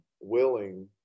willing